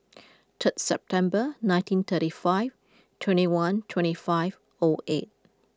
third September nineteen thirty five twenty one twenty five O eight